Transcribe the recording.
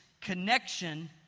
connection